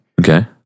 okay